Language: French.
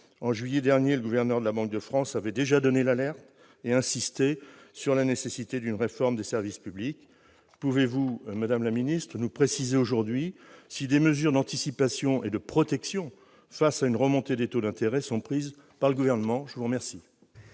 En juillet dernier, le gouverneur de la Banque de France avait déjà donné l'alerte et insisté sur la nécessité d'une réforme des services publics. Pouvez-vous, madame la secrétaire d'État, nous préciser aujourd'hui si des mesures d'anticipation et de protection face à une remontée des taux d'intérêt sont prises par le Gouvernement ? La parole